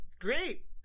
great